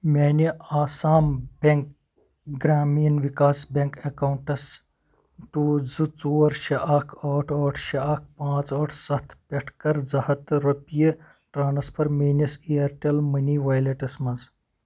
میانہِ Assam bank Grameen Vikas bank accounts to زٕ ژور شیٚے اکھ ٲٹھ ٲٹھ شیٚے اکھ پانژھ ٲٹھ سَتھ پٮ۪ٹھ کر زٕ ہَتھ رۄپیہِ ٹرانسفر میٲنِس اِیَرٹیٚل مٔنی ویلیٹَس مَنٛز